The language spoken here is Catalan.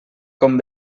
com